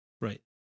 Right